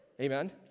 Amen